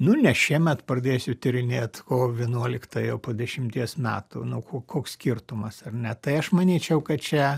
nu ne šiemet pradėsiu tyrinėt kovo vienuoliktąją po dešimties metų nu ko koks skirtumas ar ne tai aš manyčiau kad čia